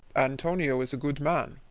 antonio is a good man.